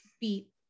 beat